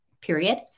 period